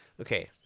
Okay